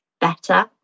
better